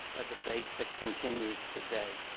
a debate that continues today.